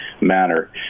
manner